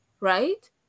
right